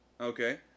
Okay